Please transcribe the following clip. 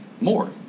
more